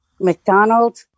McDonald